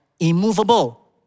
Immovable